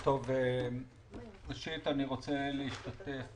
ראשית, אני רוצה להשתתף